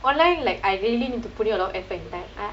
online like I really need to put in a lot of effort and time